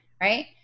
right